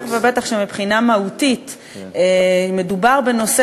בטח ובטח כשמבחינה מהותית מדובר בנושא